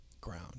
ground